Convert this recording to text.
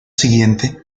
siguiente